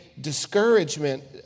discouragement